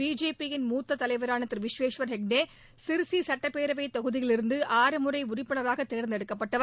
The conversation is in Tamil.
பிஜேபி யின் மூத்த தலைவரான திரு விஸ்வேஷ்வர் ஹெக்டே சிர்சி சுட்டப்பேரவைத் தொகுதியிலிருந்து ஆறு முறை உறுப்பினராக தேர்ந்தெடுக்கப்பட்டவர்